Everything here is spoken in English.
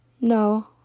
no